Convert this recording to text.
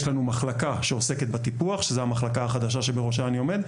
יש לנו מחלקה שעוסקת בטיפוח שזו המחלקה החדשה שבראשה אני עומד,